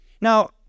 Now